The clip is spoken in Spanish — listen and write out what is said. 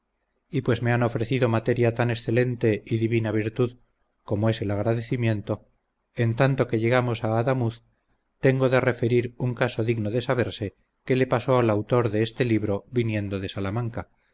y pues se ha ofrecido materia tan excelente y divina virtud como es el agradecimiento en tanto que llegamos a adamuz tengo de referir un caso digno de saberse que le pasó al autor de este libro viniendo de salamanca